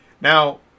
Now